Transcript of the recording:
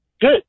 Good